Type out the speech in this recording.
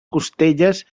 costelles